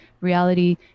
reality